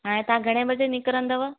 हाणे तव्हां घणे बजे निकरंदव